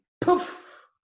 poof